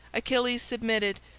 achilles submitted,